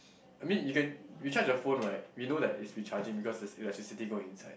I mean you can we charge the phone right we know that it's recharging because there's electricity going inside